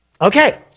Okay